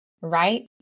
right